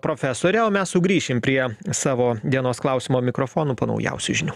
profesorė o mes sugrįšim prie savo dienos klausimo mikrofonų po naujausių žinių